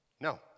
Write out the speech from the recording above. No